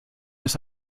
ist